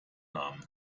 namen